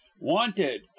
wanted